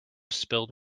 spilled